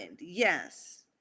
yes